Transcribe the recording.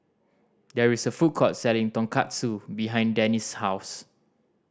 there is a food court selling Tonkatsu behind Dannie's house